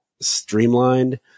streamlined